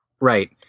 Right